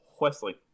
Wesley